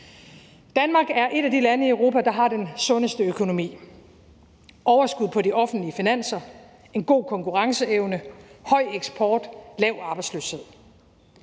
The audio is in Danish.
Danmark er et af de lande i Europa, der har den sundeste økonomi: overskud på de offentlige finanser, en god konkurrenceevne, høj eksport, lav arbejdsløshed.